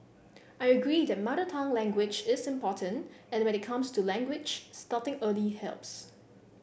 I agree that mother tongue language is important and when it comes to language starting early helps